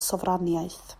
sofraniaeth